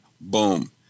Boom